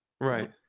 Right